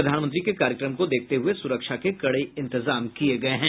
प्रधानमंत्री के कार्यक्रम को देखते हुए सुरक्षा के कड़े इंतजाम किये गये हैं